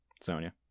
Sonia